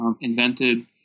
invented